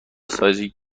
سایز